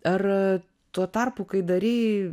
ar tuo tarpu kai darei